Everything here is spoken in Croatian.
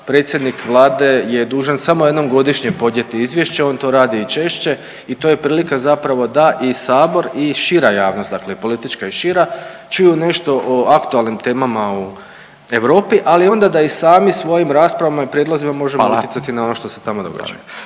predsjednik Vlade je dužan samo jednom godišnje podnijeti izvješće, on to radi i češće i to je prilika zapravo da i sabor i šira javnost, dakle i politička i šira čuju nešto o aktualnim temama u Europi, ali onda da i sami svojim raspravama i prijedlozima možemo…/Upadica Radin: Hvala/…utjecati na ono što se tamo događa.